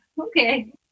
Okay